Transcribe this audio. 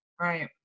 Right